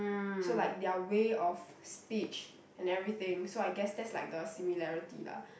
so like their way of speech and everything so I guess that's like the similarity lah